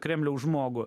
kremliaus žmogų